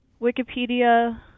wikipedia